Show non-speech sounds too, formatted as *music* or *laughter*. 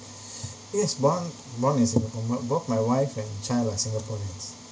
*breath* yes born born in singapore both both my wife and child are singaporeans